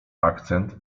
akcent